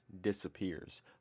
disappears